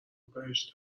بهش